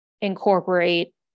incorporate